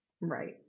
Right